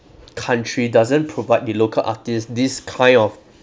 country doesn't provide the local artist this kind of